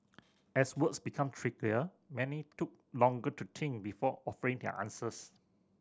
as words became trickier many took longer to think before offering their answers